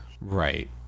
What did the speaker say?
Right